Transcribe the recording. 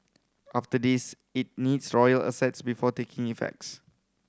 after this it needs royal assents before taking effects